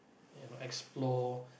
and explore